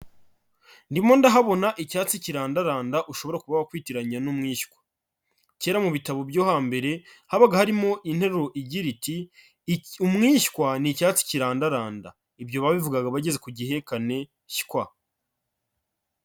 Ndimo ndahabona icyatsi kirandaranda ushobora kuba wakwitiranye n'umwishywa. Kera mu bitabo byo hambere habaga harimo interuro igira iti''Umwishywa ni icyatsi kirandaranda'' ibyo babivugaga bageze ku gihekane shywa.''